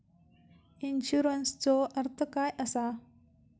इन्शुरन्सचो अर्थ काय असा?